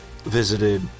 visited